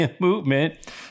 movement